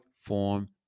Form